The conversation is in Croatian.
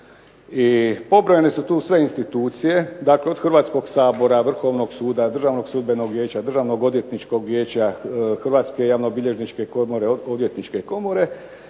I pobrojane su tu sve institucije, dakle od Hrvatskog sabora, Vrhovnog suda, Državnog sudbenog vijeća, Državnog odvjetničkog vijeća, Hrvatske javnobilježničke komore, Odvjetničke komore